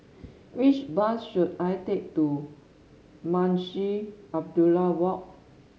which bus should I take to Munshi Abdullah Walk